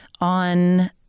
on